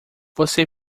você